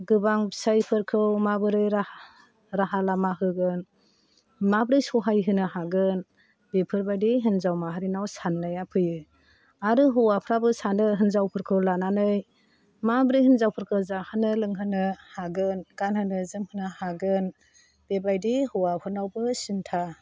गोबां फिसायफोरखौ माबोरै राहा राहा लामा होगोन माब्रै सहाय होनो हागोन बेफोरबादि होन्जाव माहारिनाव सान्नाया फैयो आरो हौवाफ्राबो सानो हिन्जावफोरखौ लानानै माब्रै हिन्जावफोरखौ जाहोनो लोंहोनो हागोन गानहोनो जोमहोनो हागोन बेबादि हौवाफोरनावबो सिनथा